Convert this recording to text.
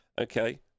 okay